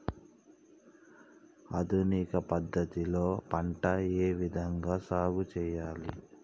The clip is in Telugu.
ఆధునిక పద్ధతి లో పంట ఏ విధంగా సాగు చేయాలి?